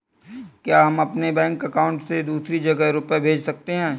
क्या हम अपने बैंक अकाउंट से दूसरी जगह रुपये भेज सकते हैं?